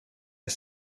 est